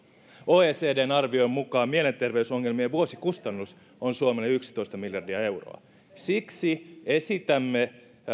oecdn arvion mukaan mielenterveysongelmien vuosikustannus on suomelle yksitoista miljardia euroa siksi esitämme